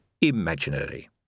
imaginary